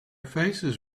faces